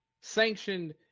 Sanctioned